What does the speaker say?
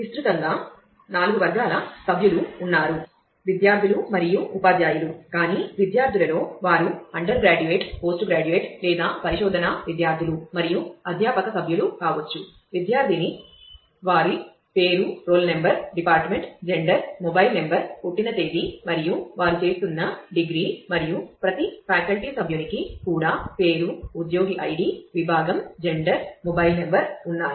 విస్తృతంగా నాలుగు వర్గాల సభ్యులు ఉన్నారు విద్యార్థులు మరియు ఉపాధ్యాయులు కాని విద్యార్థులలో వారు అండర్ గ్రాడ్యుయేట్ ఉన్నాయి